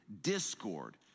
discord